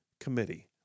committee